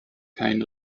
kein